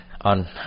on